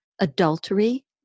adultery